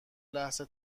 لحظه